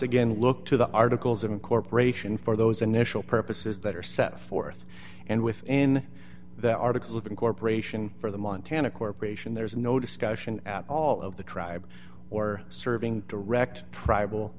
again look to the articles of incorporation for those initial purposes that are set forth and within the articles of incorporation for the montana corporation there's no discussion at all of the tribes or serving direct tribal